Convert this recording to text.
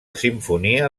simfonia